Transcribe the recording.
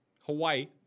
hawaii